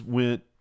went